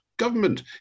Government